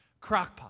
Crockpot